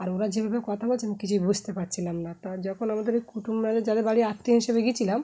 আর ওরা যেভাবে কথা বলছে কিছুই বুঝতে পারছিলাম না ত যখন আমাদের ওই কুটুম নাজ যাদের বাড়ির আত্মীয় হিসেবে গিয়েছিলাম